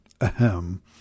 Ahem